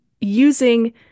using